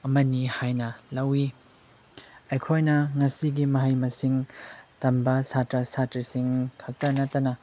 ꯑꯃꯅꯤ ꯍꯥꯏꯅ ꯂꯧꯏ ꯑꯩꯈꯣꯏꯅ ꯉꯁꯤꯒꯤ ꯃꯍꯩ ꯃꯁꯤꯡ ꯇꯝꯕ ꯁꯥꯇ꯭ꯔ ꯁꯥꯇ꯭ꯔꯤꯁꯤꯡ ꯈꯛꯇ ꯅꯠꯇꯅ